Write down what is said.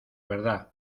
verdad